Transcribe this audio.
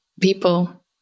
people